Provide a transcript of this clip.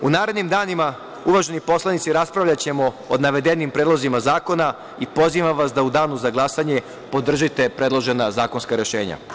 U narednim danima, uvaženi poslanici, raspravljaćemo o navedenim predlozima zakona i pozivam vas da u danu za glasanje podržite predložena zakonska rešenja.